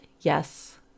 yes